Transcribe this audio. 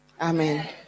Amen